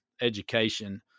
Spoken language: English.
education